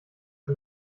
das